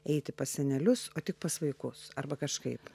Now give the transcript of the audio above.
eiti pas senelius o tik pas vaikus arba kažkaip